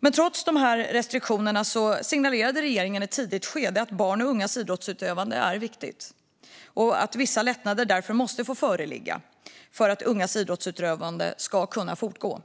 Men trots restriktionerna signalerade regeringen i ett tidigt skede att barns och ungas idrottsutövande är viktigt och att vissa lättnader därför måste få föreligga för att ungas idrottsutövande ska kunna fortgå.